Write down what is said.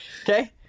Okay